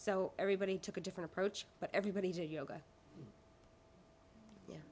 so everybody took a different approach but everybody to yoga